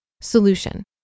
Solution